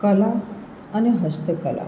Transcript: કલા અને હસ્તકલા